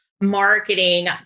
marketing